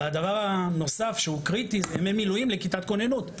הדבר הנוסף שהוא קריטי זה ימי מילואים לכיתת כוננות,